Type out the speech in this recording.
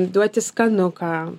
duoti skanuką